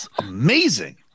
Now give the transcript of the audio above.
Amazing